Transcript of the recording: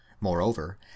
Moreover